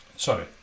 Sorry